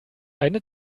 eine